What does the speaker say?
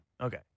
Okay